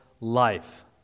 life